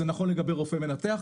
זה נכון לגבי רופא מנתח,